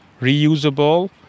reusable